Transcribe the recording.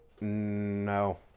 no